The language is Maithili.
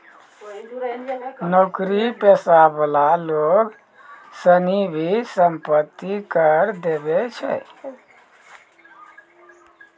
नौकरी पेशा वाला लोग सनी भी सम्पत्ति कर देवै छै